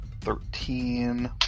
thirteen